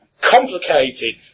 complicated